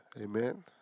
Amen